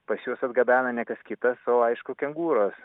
pas juos atgabena ne kas kitas o aišku kengūros